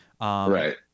Right